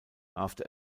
after